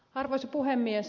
arvoisa puhemies